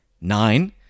Nine